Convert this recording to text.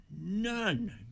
none